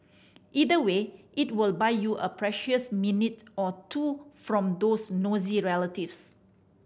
either way it will buy you a precious minute or two from those nosy relatives